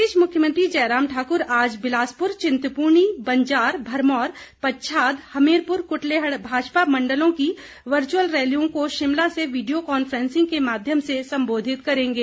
इस बीच मुख्यमंत्री जयराम ठाकुर आज बिलासपुर चिंतपूर्णी बंजार भरमौर पच्छाद हमीरपुर कुटलैहड़ भाजपा मंडलों की वर्चुअल रैलियों को शिमला से वीडियो कॉन्फ्रैसिंग के माध्यम से संबोधित करेंगे